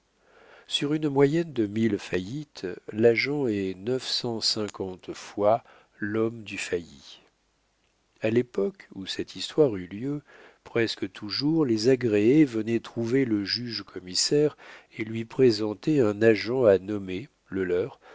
sur une moyenne de mille faillites l'agent est neuf cent cinquante fois l'homme du failli a l'époque où cette histoire eut lieu presque toujours les agréés venaient trouver le juge commissaire et lui présentaient un agent à nommer le leur